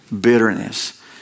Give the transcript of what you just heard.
Bitterness